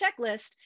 checklist